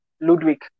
ludwig